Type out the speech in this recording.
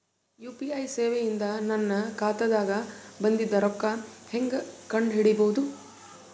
UPI ಸೇವೆ ಇಂದ ನನ್ನ ಖಾತಾಗ ಬಂದಿದ್ದ ರೊಕ್ಕ ಹೆಂಗ್ ಕಂಡ ಹಿಡಿಸಬಹುದು?